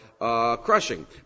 crushing